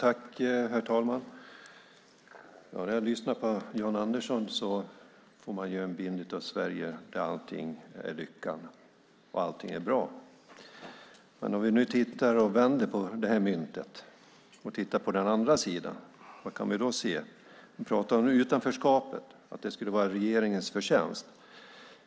Herr talman! När man lyssnar på Jan Andersson får man en bild av Sverige där allting är lycka och allting är bra. Men om vi nu vänder på det här myntet och tittar på den andra sidan, vad kan vi då se? Ni pratar om det minskade utanförskapet och att det skulle vara regeringens förtjänst.